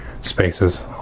spaces